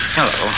Hello